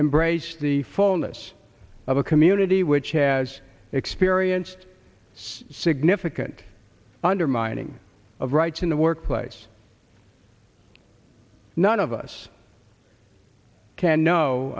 embrace the fullness of a community which has experienced significant undermining of rights in the workplace none of us can know